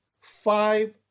Five